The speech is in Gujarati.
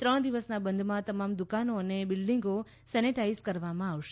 ત્રણ દિવસના બંધમાં તમામ દુકાનો અને બિલ્ડીંગો સેનેટાઇઝ કરવામાં આવશે